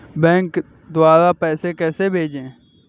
Bank द्वारा पैसे कैसे भेजें?